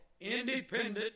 independent